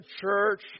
church